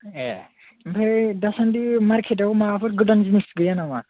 ए ओमफ्राय दासान्दि मार्केटाव माबाफोर गोदान जिनिस गैया नामा